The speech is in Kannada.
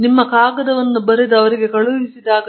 ನಿಮ್ಮ ಕಾಗದವನ್ನು ಬರೆದು ಅದನ್ನು ಕಳುಹಿಸಿದಾಗ